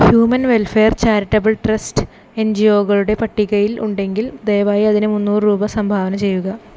human welfare charitable trust N G ഒകളുടെ പട്ടികയിൽ ഉണ്ടെങ്കിൽ ദയവായി അതിന് മുന്നൂറ് രൂപ സംഭാവന ചെയ്യുക